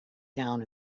down